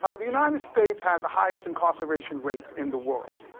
ah the united states has the highest incarceration rate in the world.